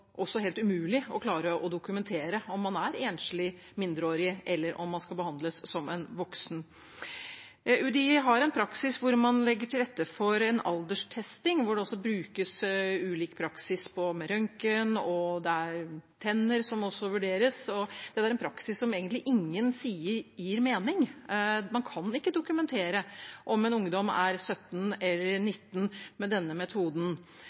også helt umulig å klare å dokumentere om man er enslig mindreårig eller om man skal behandles som voksen. UDI har en praksis hvor man legger til rette for en alderstesting hvor det brukes ulik praksis, røntgen og også vurdering av tenner. Det er en praksis egentlig ingen sier gir mening. Man kan ikke dokumentere om en ungdom er 17 år eller 19 år med denne metoden.